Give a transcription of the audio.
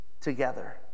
together